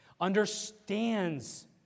understands